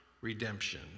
redemption